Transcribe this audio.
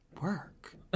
work